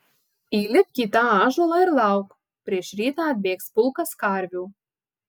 įlipk į tą ąžuolą ir lauk prieš rytą atbėgs pulkas karvių